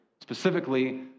Specifically